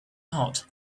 hot